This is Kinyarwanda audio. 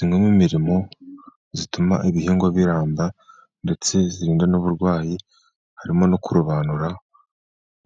Imwe mu mirimo ituma ibihingwa biramba ndetse zirinda n'uburwayi, harimo no kurobanura.